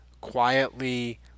quietly